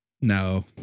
No